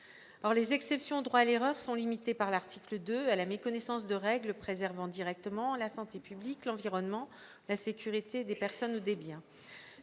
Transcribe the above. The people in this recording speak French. les exceptions au droit à l'erreur sont limitées par l'article 2 à la méconnaissance de règles préservant directement la santé publique, l'environnement ou la sécurité des personnes ou des biens.